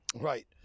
Right